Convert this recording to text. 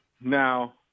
Now